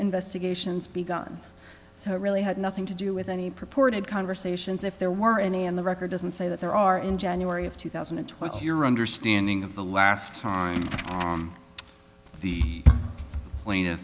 investigation's begun so it really had nothing to do with any purported conversations if there were any on the record doesn't say that there are in january of two thousand and twelve is your understanding of the last time the